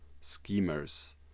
schemers